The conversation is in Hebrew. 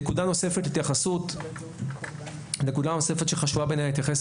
נקודה נוספת שהיא חשובה בעיניי להתייחס